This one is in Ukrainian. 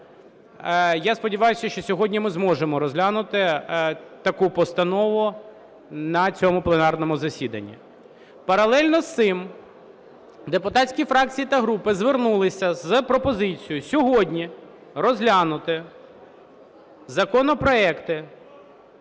Я сподіваюся, що сьогодні ми зможемо розглянути таку постанову на цьому пленарному засіданні. Паралельно з цим депутатські фракції та групи звернулися з пропозицією сьогодні розглянути законопроекти…